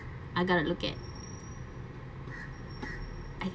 I going to look at I